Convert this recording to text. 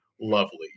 lovely